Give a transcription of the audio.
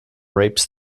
rapes